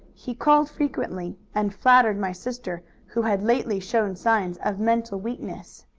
he called frequently, and flattered my sister, who had lately shown signs of mental weakness.